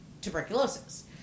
tuberculosis